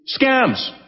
Scams